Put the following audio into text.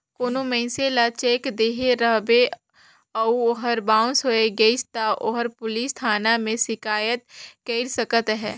कोनो मइनसे ल चेक देहे रहबे अउ ओहर बाउंस होए गइस ता ओहर पुलिस थाना में सिकाइत कइर सकत अहे